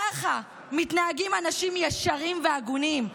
ככה מתנהגים אנשים ישרים והגונים.